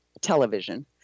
television